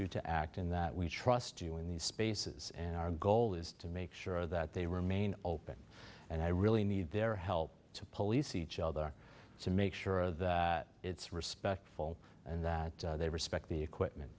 you to act in that we trust you in these spaces and our goal is to make sure that they remain open and i really need their help to police each other to make sure that it's respectful and that they respect the equipment